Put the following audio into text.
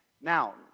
Now